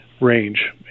range